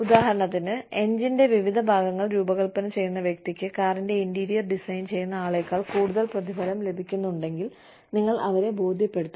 ഉദാഹരണത്തിന് എഞ്ചിന്റെ വിവിധ ഭാഗങ്ങൾ രൂപകൽപ്പന ചെയ്യുന്ന വ്യക്തിക്ക് കാറിന്റെ ഇന്റീരിയർ ഡിസൈൻ ചെയ്യുന്ന ആളേക്കാൾ കൂടുതൽ പ്രതിഫലം ലഭിക്കുന്നുണ്ടെങ്കിൽ നിങ്ങൾ അവരെ ബോധ്യപ്പെടുത്തണം